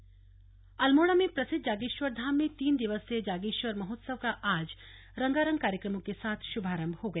जागेश्वर महोत्सव अल्मोड़ा में प्रसिद्ध जागेश्वर धाम में तीन दिवसीय जागेश्वर महोत्सव का आज रंगारंग कार्यक्रमों के साथ श्भारम्भ हो गया